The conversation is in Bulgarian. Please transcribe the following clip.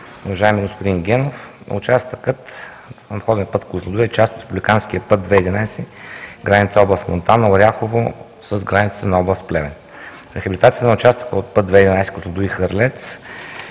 Уважаеми господин Генов, участъкът на обходен път Козлодуй е част от републиканския път ІІ-11, граница област Монтана, Оряхово, с границата на област Плевен. Рехабилитацията на участъка от път ІІ-11 Козлодуй – Хърлец,